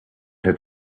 had